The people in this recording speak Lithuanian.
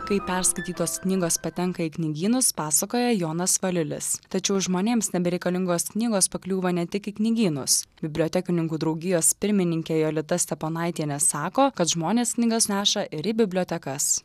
kaip perskaitytos knygos patenka į knygynus pasakoja jonas valiulis tačiau žmonėms nebereikalingos knygos pakliūva ne tik į knygynus bibliotekininkų draugijos pirmininkė jolita steponaitienė sako kad žmonės knygas neša ir į bibliotekas